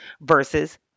versus